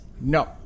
No